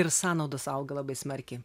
ir sąnaudos auga labai smarkiai